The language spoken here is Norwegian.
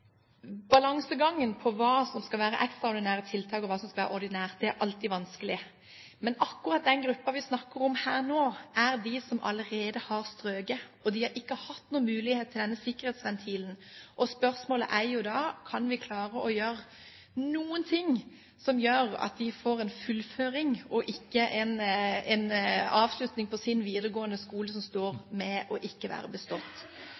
balansegangen mellom hva som skal være ekstraordinære tiltak og hva som skal være ordinære, alltid er vanskelig, men akkurat den gruppen vi snakker om nå, er de som allerede har strøket, og de har ikke hatt noen mulighet til å benytte seg av denne sikkerhetsventilen. Spørsmålet er jo da: Kan vi klare å gjøre noen ting som gjør at de får en fullføring av sin videregående skolegang, og ikke en avslutning